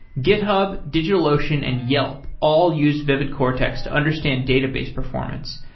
github, digitalocean, and yelp all use vividcortex to understand database performance.